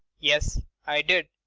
yes, i did.